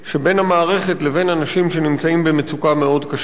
שבין המערכת לבין אנשים שנמצאים במצוקה מאוד קשה.